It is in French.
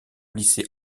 lycée